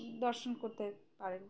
দর্শন করতে পারেন